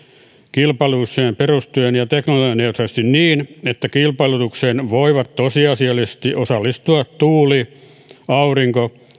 kilpailutukseen perustuen ja teknologianeutraalisti niin että kilpailutukseen voivat tosiasiallisesti osallistua tuuli aurinko